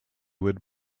would